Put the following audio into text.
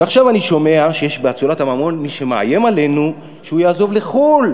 ועכשיו אני שומע שיש באצולת הממון מי שמאיים עלינו שהוא יעבור לחו"ל